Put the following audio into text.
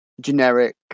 generic